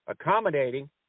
accommodating